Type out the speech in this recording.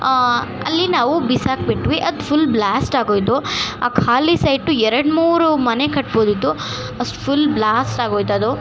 ಅಲ್ಲಿ ನಾವು ಬಿಸಾಕಿಬಿಟ್ವಿ ಅದು ಫುಲ್ ಬ್ಲ್ಯಾಸ್ಟ್ ಆಗೋಯಿತು ಆ ಖಾಲಿ ಸೈಟು ಎರಡು ಮೂರು ಮನೆ ಕಟ್ಬೋದಿತ್ತು ಅಷ್ಟು ಫುಲ್ ಬ್ಲ್ಯಾಸ್ಟ್ ಆಗೋಯ್ತದು